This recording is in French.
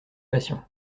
passion